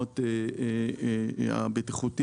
האוצר,